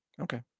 okay